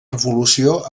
revolució